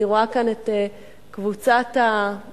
אני רואה כאן את קבוצת הנערים,